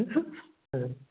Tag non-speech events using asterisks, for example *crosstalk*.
*unintelligible*